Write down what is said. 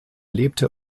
lebte